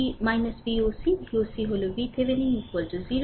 সুতরাং Voc Voc হল VThevenin 0